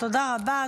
תודה רבה.